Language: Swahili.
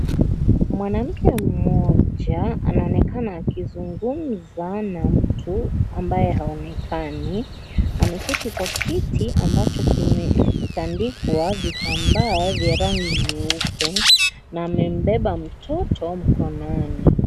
Mwanamke mmoja anaonekana akizungumza na mtu ambaye haonekani. Ameketi kwa kiti ambacho kimetandikwa vitambaa vya rangi nyeupe, na amembeba mtoto mkononi.